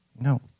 No